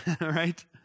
right